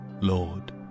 Lord